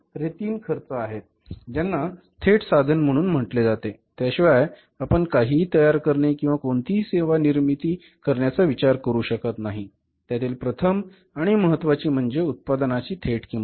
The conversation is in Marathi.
तर हे तीन खर्चे आहेत ज्यांना थेट साधन म्हणून म्हटले जाते ज्याशिवाय आपण काहीही तयार करणे किंवा कोणतीही सेवा निर्मिती करण्याचा विचार करू शकत नाही त्यातील प्रथम आणि महत्वाची म्हणजे उत्पादनाची थेट किंमत